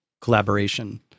collaboration